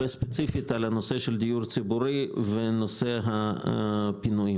ספציפית בנושא של דיור ציבורי ובנושא הפינויים.